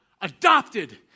Adopted